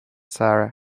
sarah